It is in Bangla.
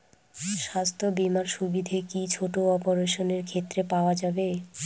স্বাস্থ্য বীমার সুবিধে কি ছোট অপারেশনের ক্ষেত্রে পাওয়া যাবে?